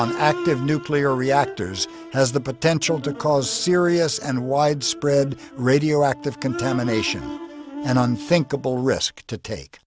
on active nuclear reactors has the potential to cause serious and widespread radioactive contamination and unthinkable risk to take